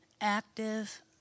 active